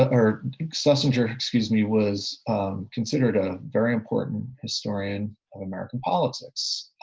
ah or schlesinger, excuse me, was considered a very important historian of american politics.